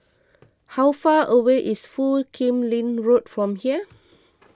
how far away is Foo Kim Lin Road from here